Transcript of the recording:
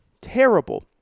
terrible